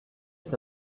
est